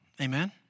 Amen